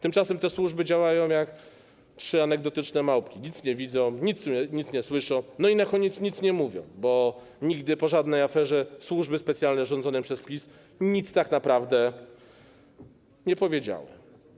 Tymczasem te służby działają jak trzy anegdotyczne małpki: nic nie widzą, nic nie słyszą i na koniec nic nie mówią, bo nigdy, po żadnej aferze służby specjalne rządzone przez PiS tak naprawdę nic nie powiedziały.